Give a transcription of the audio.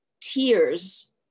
tears